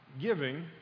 giving